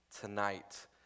tonight